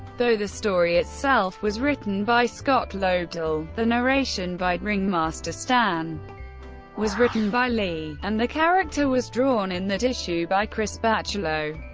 though the story itself was written by scott lobdell, the narration by ringmaster stan was written by lee, and the character was drawn in that issue by chris bachalo.